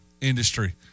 industry